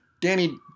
Danny